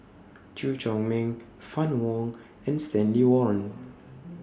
Chew Chor Meng Fann Wong and Stanley Warren